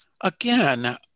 again